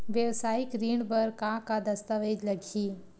वेवसायिक ऋण बर का का दस्तावेज लगही?